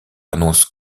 annonce